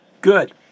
Good